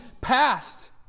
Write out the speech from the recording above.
passed